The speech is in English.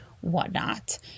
whatnot